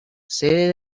sede